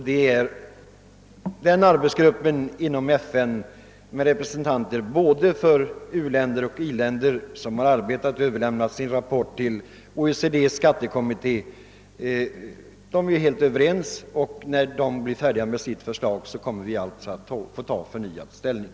Den arbetsgrupp inom FN med representanter för både u-länder och i-länder som har arbetat med denna fråga och överlämnat sin rapport till OECD:s skattekommitté är helt överens om detta. När denna blir färdig med sitt förslag kommer vi alltså att på nytt få ta ställning.